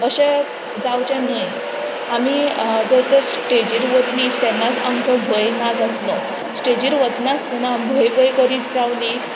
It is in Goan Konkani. तशें जावचे न्हय आमी जर तर स्टेजीर वतली तेन्नाच आमचो भंय ना जातलो स्टेजीर वचनासतना भंय भंय करीत रावली